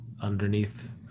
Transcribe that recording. underneath